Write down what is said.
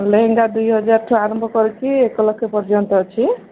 ଲେହେଙ୍ଗା ଦୁଇ ହଜାର ଠୁ ଆରମ୍ଭ କରିକି ଏକ ଲକ୍ଷ ପର୍ଯ୍ୟନ୍ତ ଅଛି